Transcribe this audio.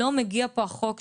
לא מגיע פה החוק שמשנה,